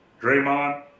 Draymond